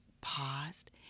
paused